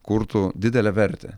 kurtų didelę vertę